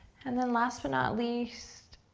and then last but not least,